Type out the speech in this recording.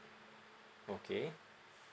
okay